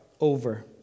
over